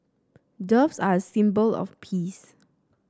doves are a symbol of peace